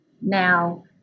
now